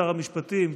שר המשפטים,